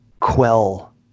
quell